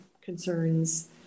concerns